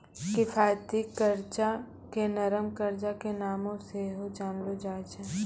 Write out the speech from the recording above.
किफायती कर्जा के नरम कर्जा के नामो से सेहो जानलो जाय छै